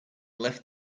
left